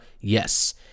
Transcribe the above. yes